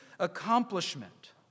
accomplishment